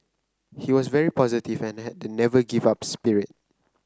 he was very positive and had the 'never give up' spirit